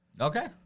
Okay